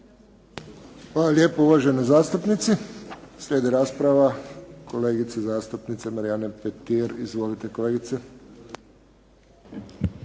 Hvala lijepo uvaženoj zastupnici. Slijedi rasprava kolegice zastupnice Marijane Petir. Izvolite, kolegice.